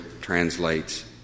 translates